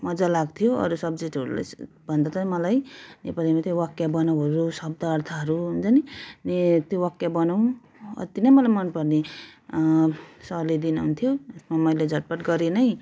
मजा लाग्थ्यो अरू सब्जेक्टहरूलाई चाहिँ भन्दा चाहिँ मलाई नेपालीमा त्यही वाक्य बनाउँहरू शब्द अर्थहरू हुन्छ अनि त्यो वाक्य बनाउँ अति नै मलाई मन पर्ने सरले दिनुहुन्थ्यो त्यसमा मैले झटपट गरेँ नै